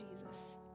Jesus